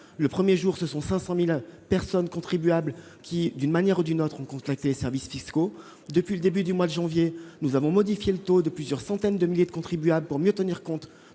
Le premier jour, 500 000 contribuables ont, d'une manière ou d'une autre, contacté les services fiscaux. Depuis le début du mois de janvier, nous avons modifié le taux de plusieurs centaines de milliers de contribuables pour mieux tenir compte